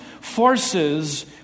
forces